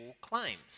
claims